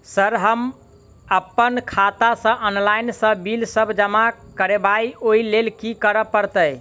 Sir हम अप्पन खाता सऽ ऑनलाइन सऽ बिल सब जमा करबैई ओई लैल की करऽ परतै?